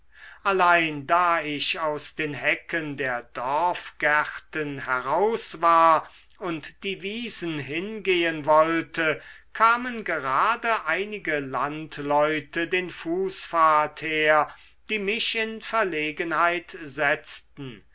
allein da ich aus den hecken der dorfgärten heraus war und die wiesen hingehen wollte kamen gerade einige landleute den fußpfad her die mich in verlegenheit setzten